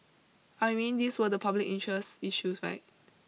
I mean these were the public interest issues right